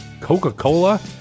Coca-Cola